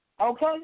Okay